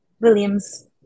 Williams